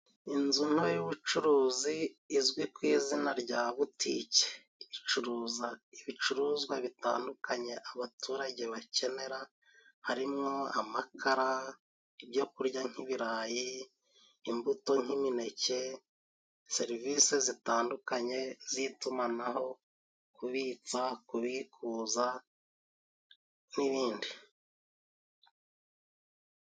Inzu nto y'ubucuruzi izwi ku izina rya butike, icuruza ibicuruzwa bitandukanye abaturage bakenera, harimo: amakara, ibyo kurya nk'ibirayi, imbuto nk'imineke, serivisi zitandukanye z'itumanaho kubitsa, kukuza n'ibindi.